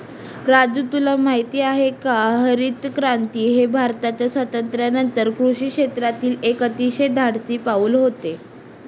राजू तुला माहित आहे का हरितक्रांती हे भारताच्या स्वातंत्र्यानंतर कृषी क्षेत्रातील एक अतिशय धाडसी पाऊल होते